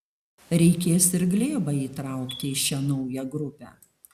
reikės ir glėbą įtraukti į šią naują grupę